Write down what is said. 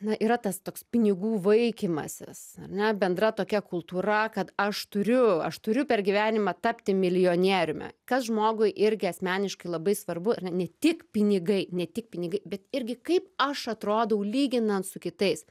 na yra tas toks pinigų vaikymasis ar ne bendra tokia kultūra kad aš turiu aš turiu per gyvenimą tapti milijonieriumi kas žmogui irgi asmeniškai labai svarbu ar ne ne tik pinigai ne tik pinigai bet irgi kaip aš atrodau lyginant su kitais